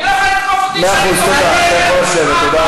היא לא יכולה לתקוף אותי כשאני, מאה אחוז, תודה.